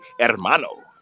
hermano